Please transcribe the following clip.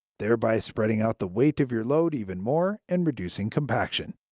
thereby spreading out the weight of your load even more, and reducing compaction.